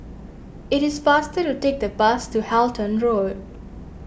it is faster to take the bus to Halton Road